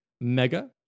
Mega